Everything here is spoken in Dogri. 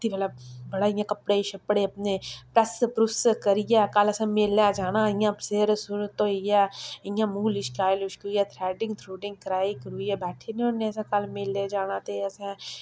रातीं मतलब बड़े इ'यां कपड़े शपड़े अपने प्रैस प्रुस करियै कल असें मेलै जाना इ'यां सिर सुर धोइयै इ'यां मूंह् लशकाई लशकुइयै थ्रैडिंग थ्रुड़िंग कराई करुइयै बैठे दे होन्ने ते असें कल मेलै जाना ते असें